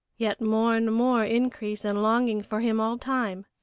yet more and more increase and longing for him all time.